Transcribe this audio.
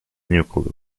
nucleus